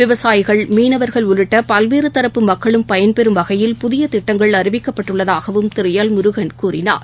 விவசாயிகள் மீனவர்கள் உள்ளிட்டபல்வேறுதரப்பு மக்களும் பயன்பெறும் வகையில் புதியதிட்டங்கள் அறிவிக்கப்பட்டுள்ளதாகவும் திருஎல் முருகன் கூறினார்